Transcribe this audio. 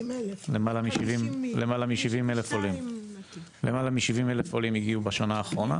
70,000 --- למעלה מ-70,000 עולים הגיעו בשנה האחרונה.